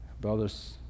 Brothers